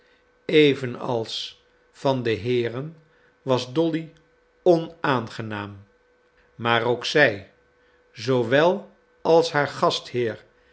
even als van de heeren was dolly onaangenaam maar ook zij zoowel als haar gastheer